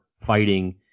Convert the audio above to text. fighting